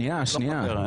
הוא לא חבר.